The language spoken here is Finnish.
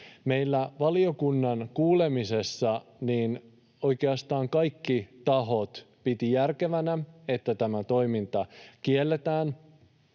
Meillä valiokunnan kuulemisessa oikeastaan kaikki tahot pitivät järkevänä, että tämä toiminta kielletään.